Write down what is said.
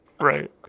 Right